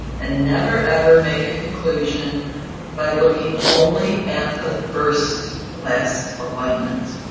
and never, ever make a conclusion by looking only at the first blast alignment.